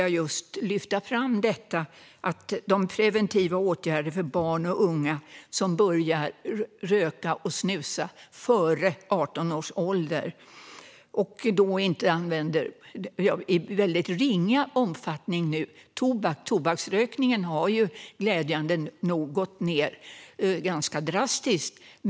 Jag vill framhålla det som handlar om preventiva åtgärder när det gäller barn och unga som börjar röka och snusa före 18 års ålder och i väldigt ringa omfattning använder tobak. Tobaksrökningen har ju, glädjande nog, gått ned ganska drastiskt.